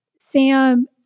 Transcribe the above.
Sam